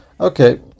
Okay